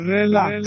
Relax